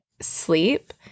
sleep